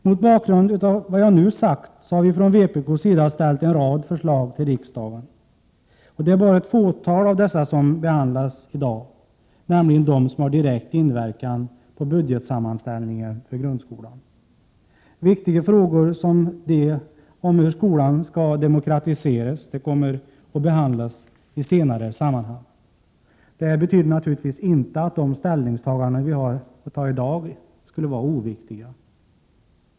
Mot bakgrund av vad jag nu sagt har vi från vpk:s sida ställt en rad förslag till riksdagen. Bara ett fåtal av dessa behandlas i dag, nämligen de som har direkt inverkan på budgetsammanställningen för grundskolan. Viktiga frågor som hur skolan skall demokratiseras kommer att behandlas i senare sammanhang. Det betyder naturligtvis inte att de ställningstaganden vi har att göra i dag skulle vara oviktiga.